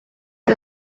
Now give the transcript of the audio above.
the